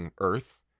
earth